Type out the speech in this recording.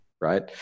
right